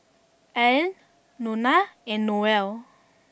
Allene Nona and Noel